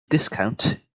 discount